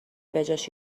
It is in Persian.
بجاش